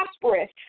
prosperous